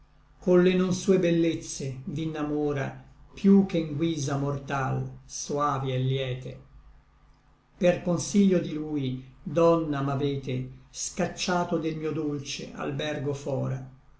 colle non sue bellezze v'innamora piú che n guisa mortal soavi et liete per consiglio di lui donna m'avete scacciato del mio dolce albergo fora